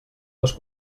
les